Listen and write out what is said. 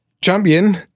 Champion